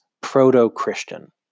proto-Christian